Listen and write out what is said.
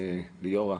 ליאורה,